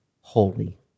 holy